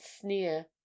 sneer